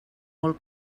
molt